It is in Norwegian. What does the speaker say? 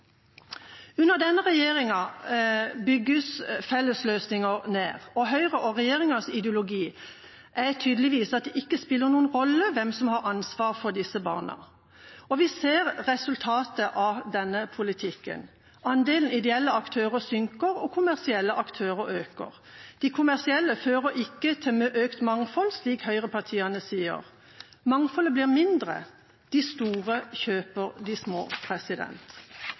Under denne regjeringa bygges fellesløsninger ned, og Høyre og regjeringas ideologi er tydeligvis at det ikke spiller noen rolle hvem som har ansvar for disse barna. Og vi ser resultatet av denne politikken. Andelen ideelle aktører synker, og andelen kommersielle øker. De kommersielle fører ikke til økt mangfold, slik høyrepartiene sier. Mangfoldet blir mindre. De store kjøper de små.